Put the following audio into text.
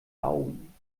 augen